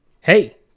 Hey